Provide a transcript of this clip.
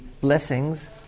blessings